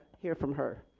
hear from her.